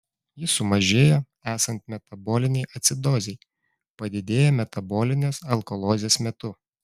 jis sumažėja esant metabolinei acidozei padidėja metabolinės alkalozės metu